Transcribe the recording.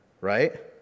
right